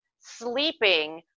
sleeping